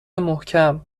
محکم